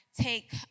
take